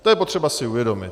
To je potřeba si uvědomit.